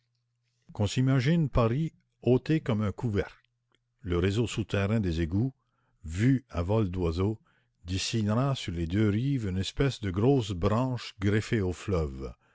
qu'on s'imagine paris ôté comme un couvercle le réseau souterrain des égouts vu à vol d'oiseau dessinera sur les deux rives une espèce de grosse branche greffée au fleuve